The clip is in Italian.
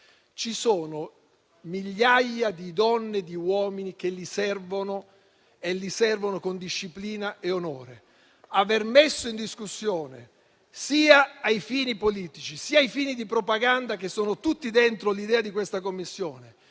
ci sono migliaia di donne e di uomini che li servono con disciplina e onore. Aver messo in discussione, sia ai fini politici sia ai fini di propaganda che sono tutti dentro l'idea di questa Commissione,